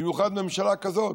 במיוחד ממשלה כזאת,